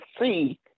see